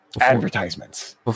advertisements